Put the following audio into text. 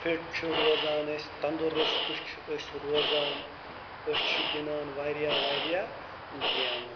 fit چھِ روزان أسۍ تنٛدرُستہٕ چھِ أسۍ روزان أسۍ چھِ گِنٛدان واریاہ واریاہ گیمہٕ